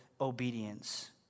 obedience